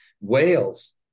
Whales